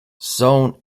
zone